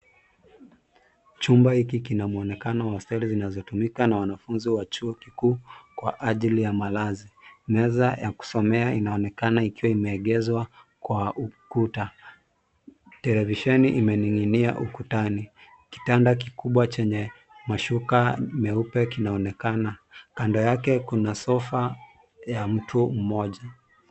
Chumba hiki kinamwonekano wa stairi zinazotumika na wanafunzi wa chuo kikuu, kwa ajili ya malazi. Meza ya kusomea inaonekana ikiwa imeegezwa kwa ukuta. Televisheni imening'inia ukutani. Kitanda kikubwa chenye mashuka meupe kinaonekana. Kando yake kuna sofa ya mtu mmoja.